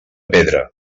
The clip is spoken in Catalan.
pedra